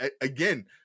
again